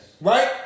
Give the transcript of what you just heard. right